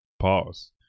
pause